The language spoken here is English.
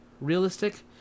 realistic